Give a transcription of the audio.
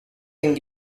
think